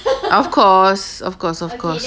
of course of course of course